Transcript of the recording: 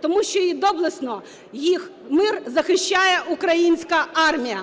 тому що доблесно їх мир захищає українська армія.